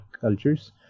cultures